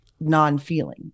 non-feeling